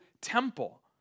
temple